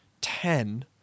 ten